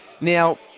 Now